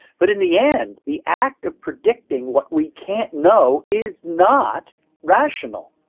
but in the end, the act of predicting what we can't know is not rational.